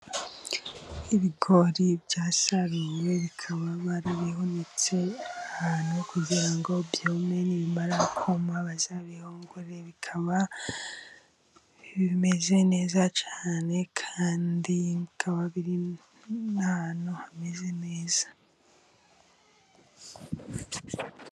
Ibigori byasaruwe bikaba barabihunitse ahantu kugira ngo byume, nibimara kuma bazabihungure, bikaba bimeze neza cyane kandi bikaba biri n'ahantu hameze neza.